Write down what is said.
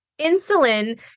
insulin